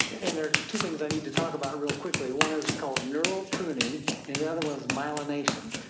and there are two things i need to talk about real quickly. one is called neural pruning and the other one is myelination.